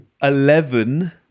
eleven